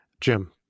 Jim